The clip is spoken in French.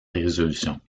résolution